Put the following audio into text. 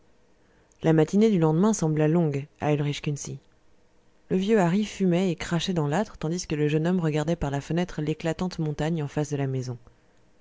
la matinée du lendemain sembla longue à ulrich kunsi le vieux hari fumait et crachait dans l'âtre tandis que le jeune homme regardait par la fenêtre l'éclatante montagne en face de la maison